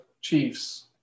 Chiefs